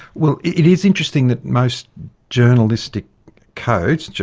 well, it is interesting that most journalistic codes,